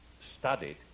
studied